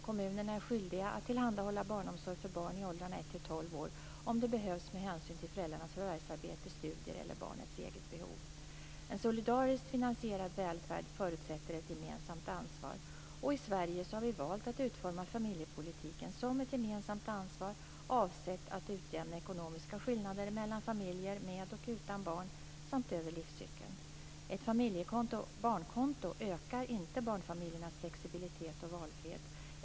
Kommunerna är skyldiga att tillhandahålla barnomsorg för barn i åldrarna ett till tolv år om det behövs med hänsyn till föräldrarnas förvärvsarbete, studier eller barnets eget behov. En solidariskt finansierad välfärd förutsätter ett gemensamt ansvar. I Sverige har vi valt att utforma familjepolitiken som ett gemensamt ansvar avsett att utjämna ekonomiska skillnader mellan familjer med och utan barn, samt över livscykeln. Ett familjekonto/barnkonto ökar inte barnfamiljernas flexibilitet och valfrihet.